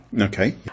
Okay